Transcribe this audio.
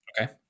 okay